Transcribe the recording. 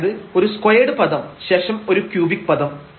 അതായത് ഒരു സ്ക്വയർഡ് പദം ശേഷം ഒരു ക്യൂബിക് പദം